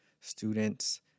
students